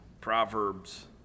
Proverbs